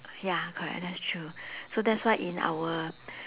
ya correct that's true so that's why in our